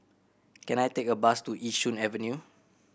can I take a bus to Yishun Avenue